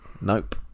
Nope